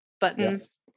buttons